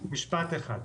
משפט אחד.